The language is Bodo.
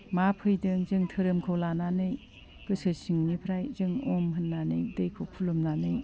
मा फैदों जों धोरोमखौ लानानै गोसो सिंनिफ्राय जों अम होननानै दैखौ खुलुमनानै